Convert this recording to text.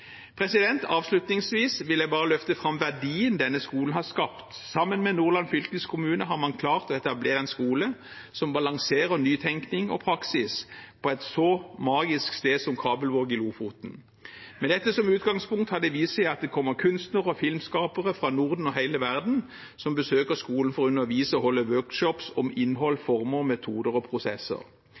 Avslutningsvis vil jeg løfte fram verdien denne skolen har skapt. Sammen med Nordland fylkeskommune har man klart å etablere en skole som balanserer nytenkning og praksis på et så magisk sted som Kabelvåg i Lofoten. Med dette som utgangspunkt har det vist seg at det kommer kunstnere og filmskapere fra Norden og hele verden som besøker skolen for å undervise og holde workshops om innhold, former, metoder og prosesser.